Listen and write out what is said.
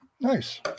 Nice